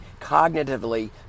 cognitively